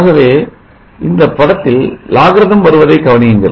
ஆகவே இந்தப் படத்தில் logarithm வருவதை கவனியுங்கள்